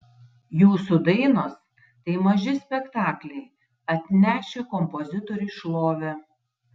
jūsų dainos tai maži spektakliai atnešę kompozitoriui šlovę